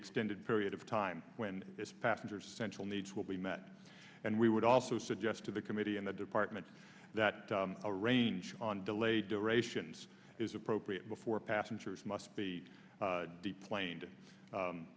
extended period of time when its passengers central needs will be met and we would also suggest to the committee and the department that a range on delayed durations is appropriate before passengers must be deplaned